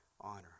honor